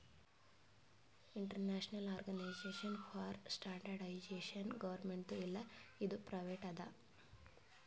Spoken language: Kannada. ಇಂಟರ್ನ್ಯಾಷನಲ್ ಆರ್ಗನೈಜೇಷನ್ ಫಾರ್ ಸ್ಟ್ಯಾಂಡರ್ಡ್ಐಜೇಷನ್ ಗೌರ್ಮೆಂಟ್ದು ಇಲ್ಲ ಇದು ಪ್ರೈವೇಟ್ ಅದಾ